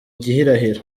gihirahiro